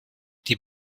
die